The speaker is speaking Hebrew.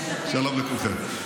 שלום לכולכם.